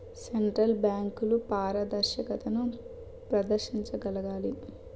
central బ్యాంకులు పారదర్శకతను ప్రదర్శించగలగాలి